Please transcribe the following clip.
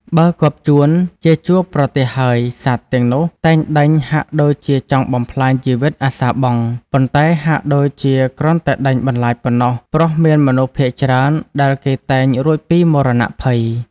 បើគាប់ចួនជាជួបប្រទះហើយ សត្វទាំងនោះតែងដេញហាក់ដូចជាចង់បំផ្លាញជីវិតអាសាបង់ ប៉ុន្តែហាក់ដូចជាគ្រាន់តែដេញបន្លាចប៉ុណ្ណោះ ព្រោះមានមនុស្សភាគច្រើនដែលគេតែងរួចពីមរណភ័យ ។